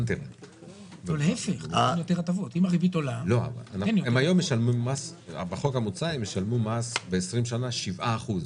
--- בחוק המוצע הם ישלמו מס ב-20 שנה 7 אחוז,